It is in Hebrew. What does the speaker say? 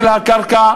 של הקרקע,